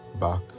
back